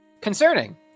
concerning